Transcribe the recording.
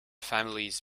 families